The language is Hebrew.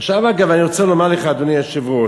אגב, אני רוצה לומר לך, אדוני היושב-ראש,